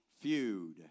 feud